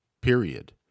period